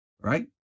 right